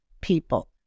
people